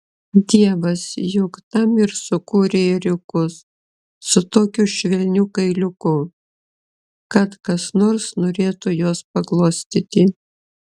dievas juk tam ir sukūrė ėriukus su tokiu švelniu kailiuku kad kas nors norėtų juos paglostyti